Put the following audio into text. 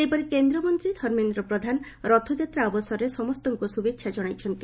ସେହିପରି କେନ୍ଦ୍ରମନ୍ତୀ ଧର୍ମେନ୍ଦ୍ର ପ୍ରଧାନ ରଥଯାତ୍ରା ଅବସରରେ ସମ୍ଠଙ୍କୁ ଶୁଭେଛା ଜଣାଇଛନ୍ତି